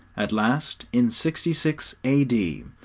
at last, in sixty six a d,